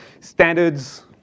standards